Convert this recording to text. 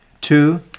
Two